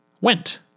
went